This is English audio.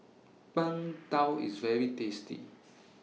Png Tao IS very tasty